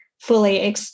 fully